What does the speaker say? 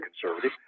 conservative